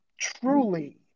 truly